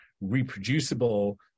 reproducible